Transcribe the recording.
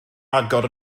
agor